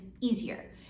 easier